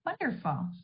Wonderful